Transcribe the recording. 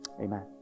Amen